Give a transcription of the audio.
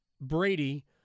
Brady